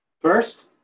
First